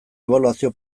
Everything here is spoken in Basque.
ebaluazio